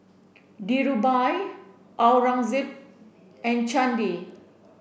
Dhirubhai Aurangzeb and Chandi